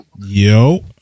Yo